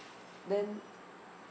then